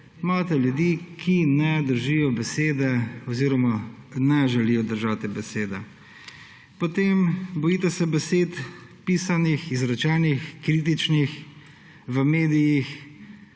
imate ljudi, ki ne držijo besede oziroma ne želijo držati besede. Potem bojite se besed, pisanih, izrečenih kritičnih v medijih